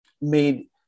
made